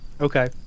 Okay